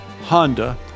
Honda